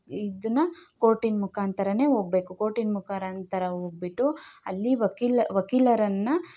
ಇದನ್ನ ಕೋರ್ಟಿನ ಮುಖಾಂತರ ಹೋಗ್ಬೇಕು ಕೋರ್ಟಿನ ಮುಖಾಂತರ ಹೋಗ್ಬಿಟ್ಟು ಅಲ್ಲಿ ವಕೀಲ ವಕೀಲರನ್ನು